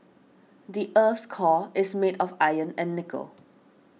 the earth's core is made of iron and nickel